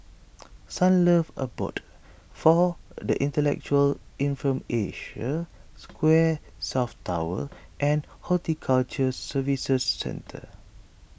Sunlove Abode for the Intellectually Infirmed Asia Square South Tower and Horticulture Services Centre